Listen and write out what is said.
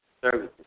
services